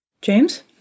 James